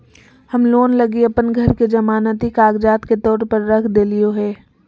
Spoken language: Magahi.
हम लोन लगी अप्पन घर के जमानती कागजात के तौर पर रख देलिओ हें